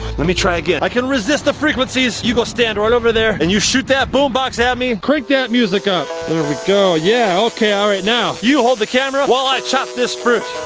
let me try again. i can resist the frequencies. you go stand right over there and you shoot that boombox at me. crank that music up. there we go, yeah, okay, alright, now. you hold the camera while i chop this fruit.